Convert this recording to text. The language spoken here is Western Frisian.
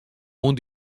oan